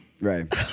Right